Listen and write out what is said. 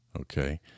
Okay